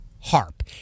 HARP